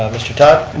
mr. todd?